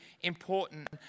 important